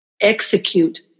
execute